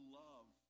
love